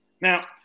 Now